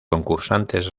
concursantes